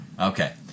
Okay